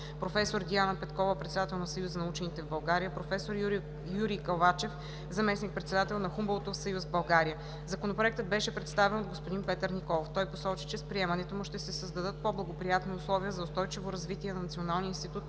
професор Диана Петкова – председател на Съюза на учените в България, професор Юрий Кълвачев – заместник-председател на Хумболтовия съюз в България. Законопроектът беше представен от господин Петър Николов. Той посочи, че с приемането му ще се създадат по-благоприятни условия за устойчиво развитие на Националния институт